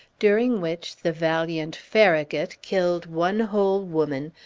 during which the valiant farragut killed one whole woman,